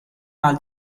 mal